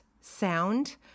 sound